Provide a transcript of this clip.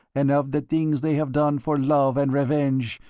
and of the things they have done for love and revenge,